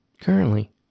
Currently